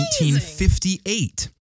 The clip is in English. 1958